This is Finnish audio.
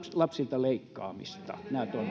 lapsilta leikkaamista